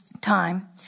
time